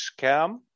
scam